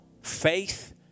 Faith